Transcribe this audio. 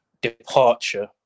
departure